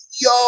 yo